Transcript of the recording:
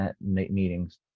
meetings